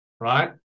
right